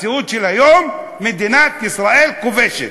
במציאות של היום מדינת ישראל כובשת,